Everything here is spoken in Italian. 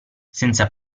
senza